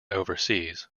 overseas